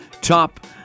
top